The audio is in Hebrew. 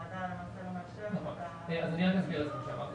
אני אסביר את מה שאמרתי.